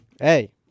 Hey